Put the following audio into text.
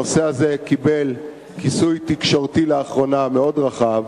הנושא הזה קיבל לאחרונה כיסוי תקשורתי מאוד רחב,